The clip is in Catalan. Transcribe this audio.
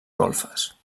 golfes